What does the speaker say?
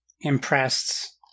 impressed